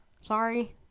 sorry